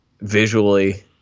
visually